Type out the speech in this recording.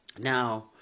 Now